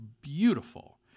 beautiful